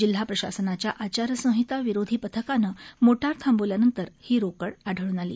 जिल्हा प्रशासनाच्या आचारसंहिता विरोधी पथकानं ही मोटार थांबवल्यानंतर रोकड आढळून आली